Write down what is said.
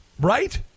right